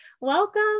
welcome